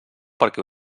perquè